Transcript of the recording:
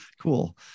Cool